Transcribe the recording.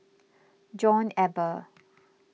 John Eber